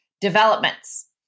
developments